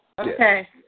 Okay